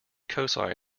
cosine